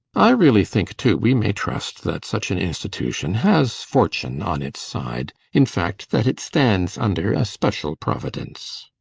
i really think, too, we may trust that such an institution has fortune on its side in fact, that it stands under a special providence.